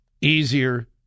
easier